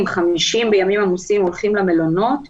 בימים עמוסים, הולכים למלונות 30,